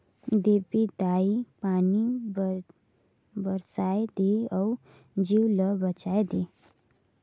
देपी दाई पानी बरसाए दे अउ जीव ल बचाए दे